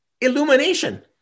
illumination